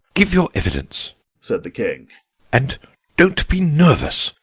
give your evidence said the king and don't be nervous,